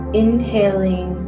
inhaling